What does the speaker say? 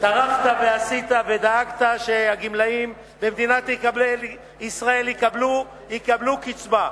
טרחת ועשית ודאגת שהגמלאים במדינת ישראל יקבלו קצבה,